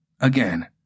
Again